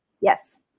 Yes